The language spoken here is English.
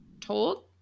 told